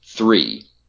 three